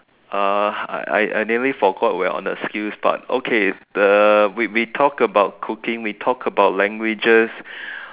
uh I I nearly forgot we're on the skills part okay the we we talked about cooking we talked about languages